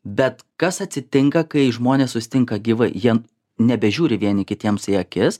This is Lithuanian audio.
bet kas atsitinka kai žmonės susitinka gyvai jie nebežiūri vieni kitiems į akis